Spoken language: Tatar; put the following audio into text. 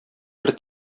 бер